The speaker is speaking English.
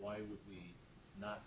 why not